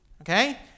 Okay